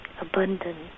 abundant